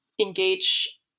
engage